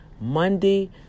Monday